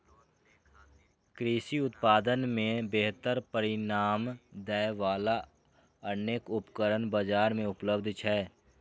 कृषि उत्पादन मे बेहतर परिणाम दै बला अनेक उपकरण बाजार मे उपलब्ध छै